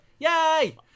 Yay